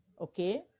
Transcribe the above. okay